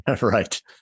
Right